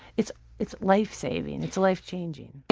it's it's life saving. it's life changing.